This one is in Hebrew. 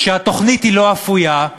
התוכנית לא אפויה,